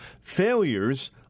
failures